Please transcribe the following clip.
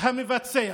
זהות המבצע.